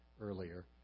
earlier